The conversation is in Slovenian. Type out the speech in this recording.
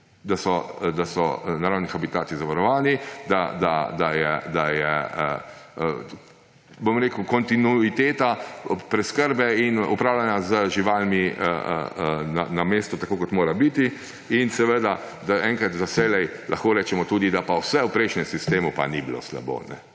da so naravni habitati zavarovani, da je kontinuiteta preskrbe in upravljanja z živalmi na mestu, tako kot mora biti, da enkrat za vselej lahko tudi rečemo, da pa vse v prejšnjem sistemu pa ni bilo slabo.